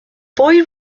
boy